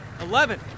Eleven